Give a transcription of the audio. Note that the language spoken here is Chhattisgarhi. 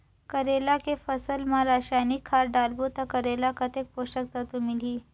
करेला के फसल मा रसायनिक खाद डालबो ता करेला कतेक पोषक तत्व मिलही?